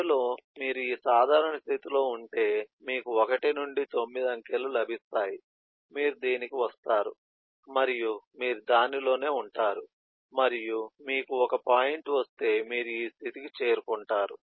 మధ్యలో మీరు ఈ సాధారణ స్థితిలో ఉంటే మీకు 1 నుండి 9 అంకెలు లభిస్తాయి మీరు దీనికి వస్తారు మరియు మీరు దానిలోనే ఉంటారు మరియు మీకు ఒక పాయింట్ వస్తే మీరు ఈ స్థితికి చేరుకుంటారు